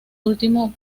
último